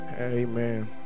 Amen